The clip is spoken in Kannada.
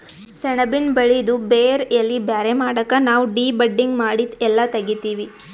ಸೆಣಬಿನ್ ಬೆಳಿದು ಬೇರ್ ಎಲಿ ಬ್ಯಾರೆ ಮಾಡಕ್ ನಾವ್ ಡಿ ಬಡ್ಡಿಂಗ್ ಮಾಡಿ ಎಲ್ಲಾ ತೆಗಿತ್ತೀವಿ